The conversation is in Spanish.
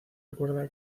recuerda